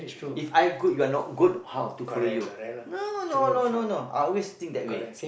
If I good you're not good how to follow you no no no no I always think that way